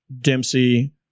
Dempsey